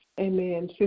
Amen